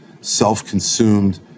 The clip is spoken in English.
self-consumed